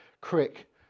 Crick